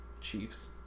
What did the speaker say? Chiefs